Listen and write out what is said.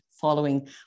following